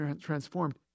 transformed